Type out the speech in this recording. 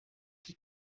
que